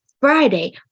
friday